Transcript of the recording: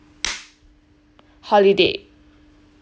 holiday